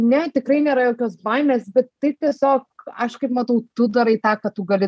ne tikrai nėra jokios baimės bet tai tiesiog aš kaip matau tu darai tą ką tu gali